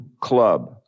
club